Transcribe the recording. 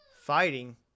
fighting